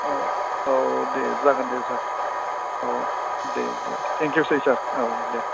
औ औ दे जागोन दे सार औ दे दे थेंकइउसै सार औ दे